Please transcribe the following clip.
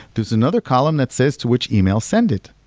there's another column that says to which ah e-mail send it.